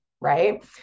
Right